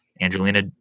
Angelina